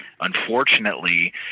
Unfortunately